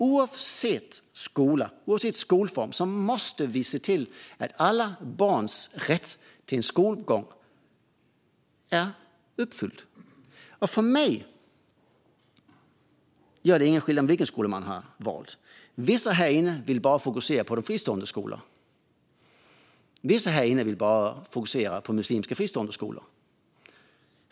Oavsett skola och skolform måste vi se till att alla barns rätt till skolgång är uppfylld. För mig gör det ingen skillnad vilken skola man har valt. Vissa här inne vill bara fokusera på de fristående skolorna. Vissa här inne vill bara fokusera på muslimska fristående skolor.